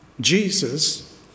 Jesus